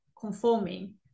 conforming